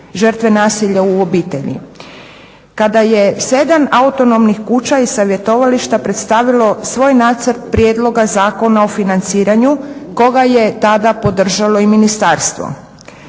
žrtve nasilja u obitelji. Kada je 7 autonomnih ženskih kuća i savjetovališta predstavilo svoj nacrt prijedloga Zakona o financiranju koga je tada podržalo i ministarstvo.